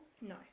no